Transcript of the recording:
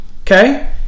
okay